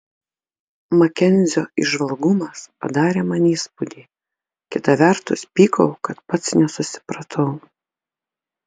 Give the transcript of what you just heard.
makenzio įžvalgumas padarė man įspūdį kita vertus pykau kad pats nesusipratau